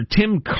Tim